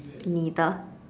neither